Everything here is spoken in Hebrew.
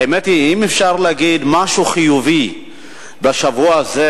האמת היא שאם אפשר להגיד משהו חיובי בשבוע הזה